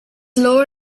lower